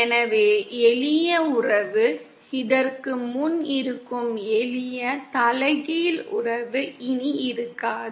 எனவே எளிய உறவு இதற்கு முன் இருக்கும் எளிய தலைகீழ் உறவு இனி இருக்காது